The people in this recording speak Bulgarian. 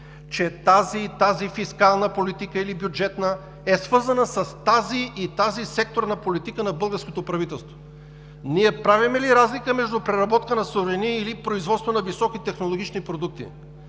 и тази фискална или бюджетна политика е свързана с тази и тази секторна политика на българското правителство? Ние правим ли разлика между преработка на суровини или производство на високи технологични продукти?